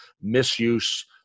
misuse